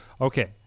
okay